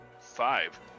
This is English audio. Five